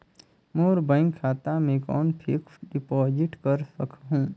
मोर bank खाता मे कौन फिक्स्ड डिपॉजिट कर सकहुं?